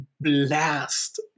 blast